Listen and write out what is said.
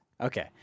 okay